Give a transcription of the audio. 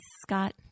Scott